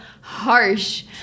harsh